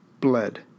bled